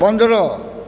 पन्द्रह